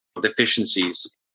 deficiencies